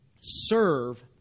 serve